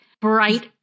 bright